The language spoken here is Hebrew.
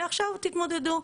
ועכשיו תתמודדו.